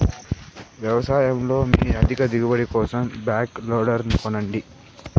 వ్యవసాయంలో మీ అధిక దిగుబడి కోసం బ్యాక్ లోడర్ కొనండి